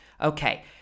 Okay